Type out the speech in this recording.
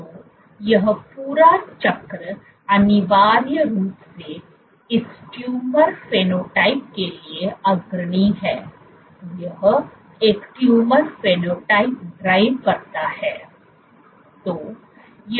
तो यह पूरा चक्र अनिवार्य रूप से इस ट्यूमर फेनोटाइप के लिए अग्रणी है यह एक ट्यूमर फेनोटाइप ड्राइव करता है